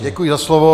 Děkuji za slovo.